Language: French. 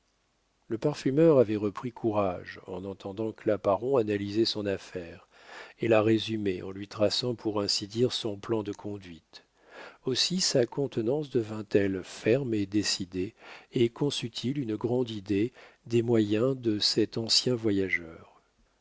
le parfumeur avait repris courage en entendant claparon analyser son affaire et la résumer en lui traçant pour ainsi dire son plan de conduite aussi sa contenance devint-elle ferme et décidée et conçut il une grande idée des moyens de cet ancien voyageur